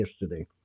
yesterday